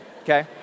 okay